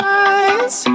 eyes